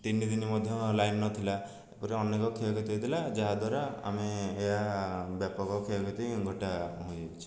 ତିନିଦିନି ମଧ୍ୟ ଲାଇନ୍ ନଥିଲା ତାପରେ ଅନେକ କ୍ଷୟକ୍ଷତି ହେଇଥିଲା ଯାହାଦ୍ଵାରା ଆମେ ଏହା ବ୍ୟାପକ କ୍ଷୟକ୍ଷତି ଘଟାଇଛି